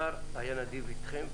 השר היה נדיב אתכן,